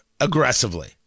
aggressively